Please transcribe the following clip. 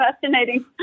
fascinating